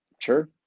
Sure